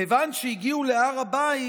כיוון שהגיעו להר הבית,